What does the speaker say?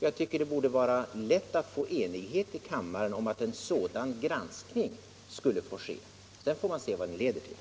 Jag tycker det borde vara lätt att nå enighet i kammaren om att en sådan granskning skulle få ske. Sedan får man se vad den leder till.